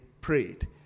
prayed